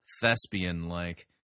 thespian-like